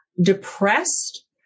depressed